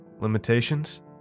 Limitations